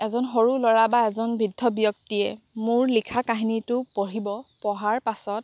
এজন সৰু ল'ৰা বা এজন বৃদ্ধ ব্যক্তি মোৰ লিখা কাহিনীটো পঢ়িব পঢ়াৰ পাছত